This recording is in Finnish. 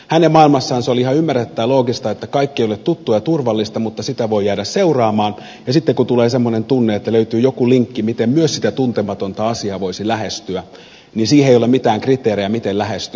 hänen maailmassaan se oli ihan ymmärrettävää ja loogista että kaikki ei ole tuttua ja turvallista mutta sitä voi jäädä seuraamaan ja sitten kun tulee semmoinen tunne että löytyy joku linkki miten myös sitä tuntematonta asiaa voisi lähestyä niin siihen ei ole mitään kriteerejä miten lähestyy